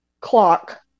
clock